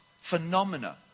phenomena